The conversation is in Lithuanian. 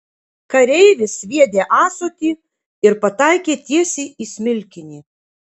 kareivis sviedė ąsotį ir pataikė tiesiai į smilkinį